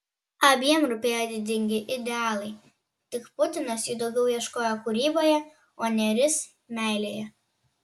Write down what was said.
abiem rūpėjo didingi idealai tik putinas jų daugiau ieškojo kūryboje o nėris meilėje